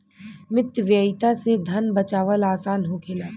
मितव्ययिता से धन बाचावल आसान होखेला